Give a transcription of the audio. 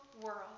world